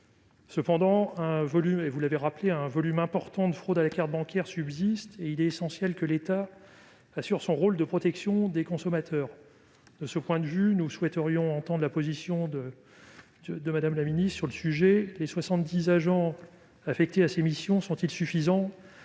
Cependant, un volume important de fraudes à la carte bancaire subsiste et il est essentiel que l'État assume son rôle de protection des consommateurs. De ce point de vue, nous souhaiterions entendre la position de Mme la ministre sur le sujet : les soixante-dix agents affectés à ces missions sont-ils suffisants